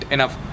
Enough